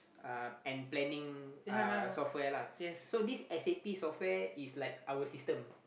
uh and planning uh software lah so this s_a_p software is like our system